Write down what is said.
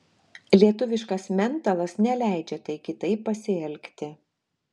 lietuviškas mentalas neleidžia tai kitaip pasielgti